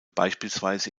beispielsweise